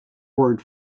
word